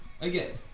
again